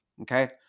okay